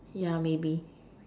yeah maybe